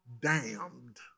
damned